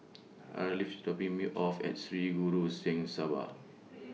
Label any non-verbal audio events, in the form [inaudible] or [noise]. [noise] Arleth IS dropping Me off At Sri Guru Singh Sabha [noise]